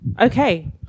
Okay